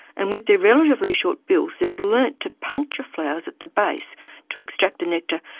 and with their relatively short bills, they've learnt to puncture flowers at the base to extract the nectar,